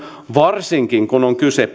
varsinkin kun kyse